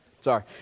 Sorry